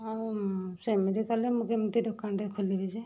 ଆଉ ସେମିତି କଲେ ମୁଁ କେମିତି ଦୋକାନଟେ ଖୋଲିବି ଯେ